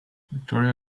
victoria